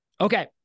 Okay